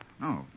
no